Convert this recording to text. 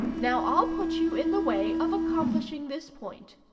now i'll put you in the way of accomplishing this point.